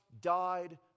died